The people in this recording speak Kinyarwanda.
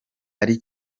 ari